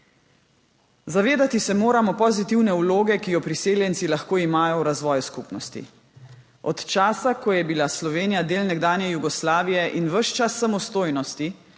Zavedati se moramo pozitivne vloge, ki jo priseljenci lahko imajo v razvoj skupnosti. Od časa, ko je bila Slovenija del nekdanje Jugoslavije, in ves čas samostojnosti,